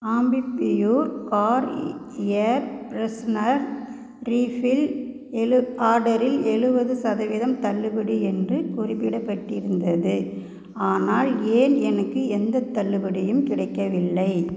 ஆம்பிப்பியூர் car a air freshener refill ஏழு ஆர்டரில் ஏழுபது சதவீதம் தள்ளுபடி என்று குறிப்பிடப்பட்டு இருந்தது ஆனால் ஏன் எனக்கு எந்தத் தள்ளுபடியும் கிடைக்கவில்லை